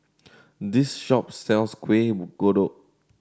this shop sells Kuih Kodok